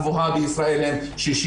אנחנו רואים בזה זכות